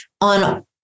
on